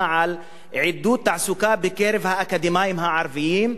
על עידוד תעסוקה בקרב האקדמאים הערבים,